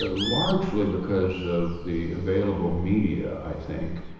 ah largely because of the available media i think,